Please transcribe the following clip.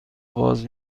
باز